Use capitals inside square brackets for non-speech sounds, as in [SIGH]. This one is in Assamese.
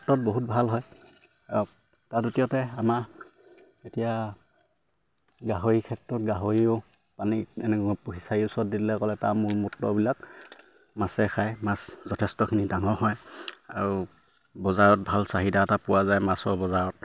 ক্ষেত্ৰত বহুত ভাল হয় তাত দ্বিতীয়তে আমাৰ এতিয়া গাহৰি ক্ষেত্ৰত গাহৰিও পানী এনে ফিচাৰী ওচৰত [UNINTELLIGIBLE] তাৰ মল মূত্ৰবিলাক মাছে খায় মাছ যথেষ্টখিনি ডাঙৰ হয় আৰু বজাৰত ভাল চাহিদা এটা পোৱা যায় মাছৰ বজাৰত